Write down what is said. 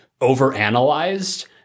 overanalyzed